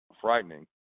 frightening